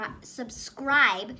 subscribe